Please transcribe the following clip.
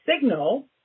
signal